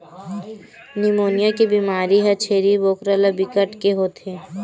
pneumonia के बेमारी ह छेरी बोकरा ल बिकट के होथे